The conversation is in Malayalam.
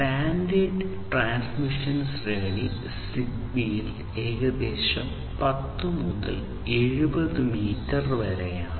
സ്റ്റാൻഡേർഡ് ട്രാൻസ്മിഷൻ ശ്രേണി സിഗ്ബീയിൽ ഏകദേശം 10 മുതൽ 70 മീറ്റർ വരെയാണ്